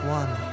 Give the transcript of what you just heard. one